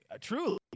truly